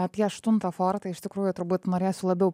apie aštuntą fortą iš tikrųjų turbūt norėsiu labiau